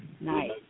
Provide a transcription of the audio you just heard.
Nice